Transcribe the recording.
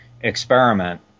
experiment